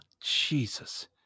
Jesus